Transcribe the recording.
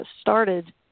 started